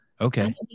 Okay